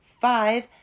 five